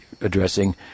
addressing